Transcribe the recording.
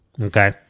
Okay